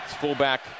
fullback